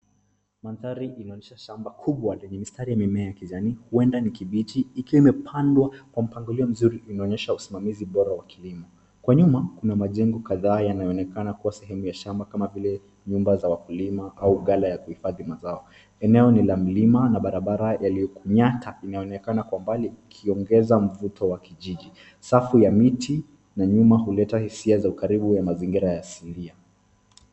Mandhari inaonyesha shamba kubwa lenye mistari ya mimea ya kijani huenda ni kibichi ikiwa imepandwa kwa mpangilio mzuri ikionyesha usimamizi bora wa kilimo. Kwa nyuma, kuna majengo kadhaa yanayoonekana kuwa sehemu ya shamba kama vile nyumba za wakulima au ghala ya kuhifadhi mazao. Eneo ni la mlima na barabara yaliyokunyata inaonekana kwa mbali ikiongezea mvuto wa kijiji. Safu ya miti na nyuma huleta hisia za ukaribu wa mazingira ya asilia.